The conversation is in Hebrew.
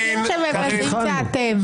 היחידים שמבזים זה אתם.